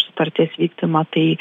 sutarties vykdymą tai